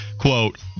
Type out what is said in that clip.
Quote